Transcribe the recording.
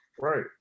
right